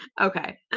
Okay